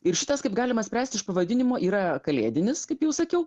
ir šitas kaip galima spręst iš pavadinimo yra kalėdinis kaip jau sakiau